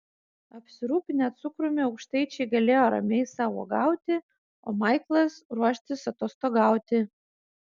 apsirūpinę cukrumi aukštaičiai galėjo ramiai sau uogauti o maiklas ruoštis atostogauti